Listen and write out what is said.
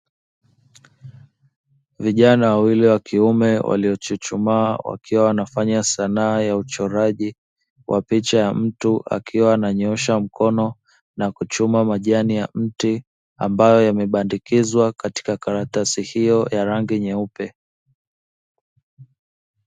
Vijana wawili wa kiume waliochuchumaa, wakiwa wanafanya sanaa ya uchoraji wa picha ya mtu akiwa ananyoosha mkono na kuchuma majani ya mti, ambayo yamebandikwa katika karatasi hiyo nyeupe.